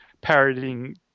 parodying